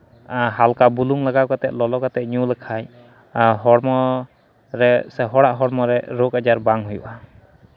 ᱦᱟᱞᱠᱟ ᱵᱩᱞᱩᱝ ᱞᱟᱜᱟᱣ ᱠᱟᱛᱮᱫ ᱞᱚᱞᱚ ᱠᱟᱛᱮᱫ ᱧᱩ ᱞᱮᱠᱷᱟᱱ ᱦᱚᱲᱢᱚ ᱨᱮ ᱥᱮ ᱦᱚᱲᱟᱜ ᱦᱚᱲᱢᱚ ᱨᱮ ᱨᱳᱜᱽ ᱟᱡᱟᱨ ᱵᱟᱝ ᱦᱩᱭᱩᱜᱼᱟ